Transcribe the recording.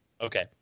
Okay